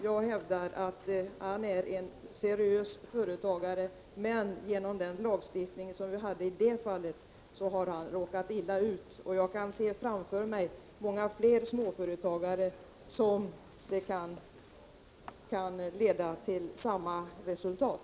Jag hävdar att Elof Hjortberg är en seriös företagare, men genom den i hans fall aktuella lagstiftningen har han råkat illa ut. Såvitt jag förstår kan också många fler småföretagare än han komma att drabbas på samma sätt.